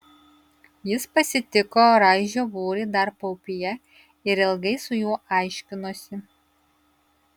jis pasitiko raižio būrį dar paupyje ir ilgai su juo aiškinosi